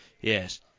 Yes